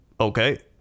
Okay